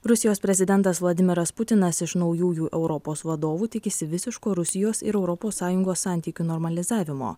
rusijos prezidentas vladimiras putinas iš naujųjų europos vadovų tikisi visiško rusijos ir europos sąjungos santykių normalizavimo